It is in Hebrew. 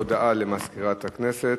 הודעה למזכירת הכנסת.